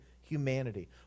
humanity